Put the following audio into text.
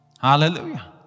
Hallelujah